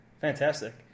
Fantastic